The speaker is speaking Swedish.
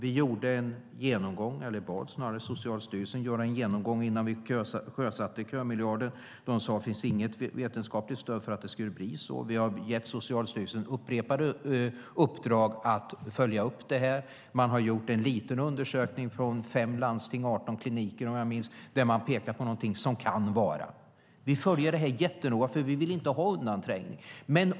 Vi bad Socialstyrelsen göra en genomgång innan vi sjösatte kömiljarden. De sade att det inte fanns något vetenskapligt stöd för att det skulle bli så. Vi har gett Socialstyrelsen upprepade uppdrag att följa upp det hela. Det har gjorts en liten undersökning från fem landsting och 18 kliniker, om jag minns rätt, där man pekar på någonting som kan vara det. Vi följer frågan mycket noga eftersom vi inte vill ha undanträngning.